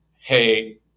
Hey